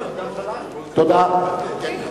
תודה רבה.